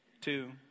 two